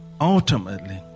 Ultimately